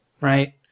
right